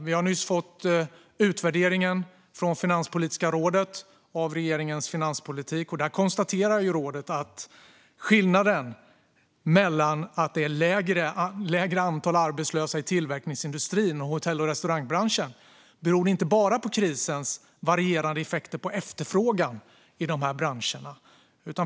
Vi har nyss fått utvärderingen från Finanspolitiska rådet av regeringens finanspolitik, och där konstaterar rådet att det faktum att det är ett lägre antal arbetslösa i tillverkningsindustrin och hotell och restaurangbranschen inte bara beror på krisens varierande effekter på efterfrågan i de här branscherna.